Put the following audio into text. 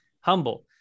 humble